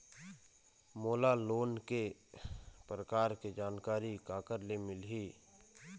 मोला लोन के प्रकार के जानकारी काकर ले मिल ही?